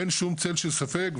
אין שום צל של ספק,